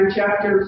chapter